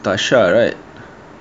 tasha right